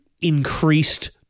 increased